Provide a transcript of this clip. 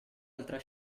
altra